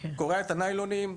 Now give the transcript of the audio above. קורע את הניילונים,